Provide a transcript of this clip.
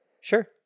Sure